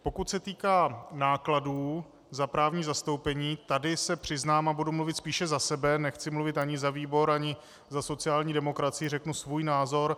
Pokud se týká nákladů za právní zastoupení, tady se přiznám, a budu mluvit spíše za sebe, nechci mluvit ani za výbor ani za sociální demokracii, řeknu svůj názor.